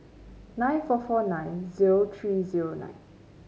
nine four four nine zero three zero nine